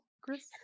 Chris